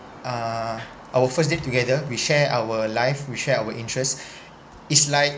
uh our first date together we share our life we share our interest is like